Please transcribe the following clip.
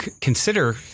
consider